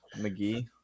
McGee